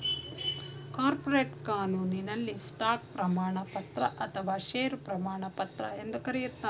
corporate ಕಾನೂನಿನಲ್ಲಿ stock ಪ್ರಮಾಣಪತ್ರ ಅಥವಾ ಶೇರು ಪ್ರಮಾಣಪತ್ರ ಎಂದು ಕರೆಯುತ್ತಾರೆ